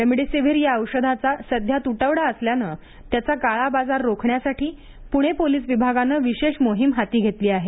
remdesivir या औषधाचा सध्या तुटवडा असल्याने त्याचा काळा बाजार रोखण्यासाठी पुणे पोलीस विभागाने विशेष मोहीम हाती घेतली आहे